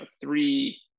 three